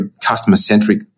customer-centric